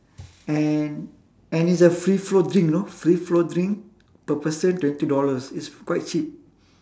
and and it's a free flow drink you know free flow drink per person twenty dollars it's quite cheap